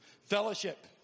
Fellowship